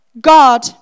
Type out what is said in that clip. God